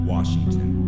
Washington